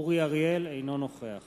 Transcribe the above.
אינו נוכח